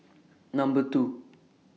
Number two